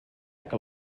que